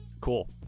Cool